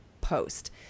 post